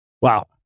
Wow